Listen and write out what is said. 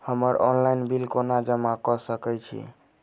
हम्मर online bill कोना जमा कऽ सकय छी?